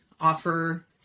offer